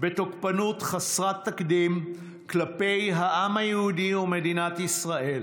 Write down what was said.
בתוקפנות חסרת תקדים כלפי העם היהודי ומדינת ישראל,